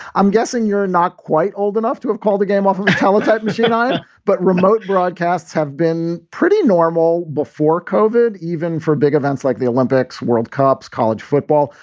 i'm guessing you're not quite old enough to have called the game off a teletype machine. but remote broadcasts have been pretty normal before, covered even for big events like the olympics, world cups, college football.